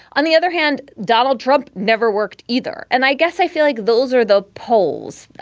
on the other hand, donald trump never worked either. and i guess i feel like those are the polls,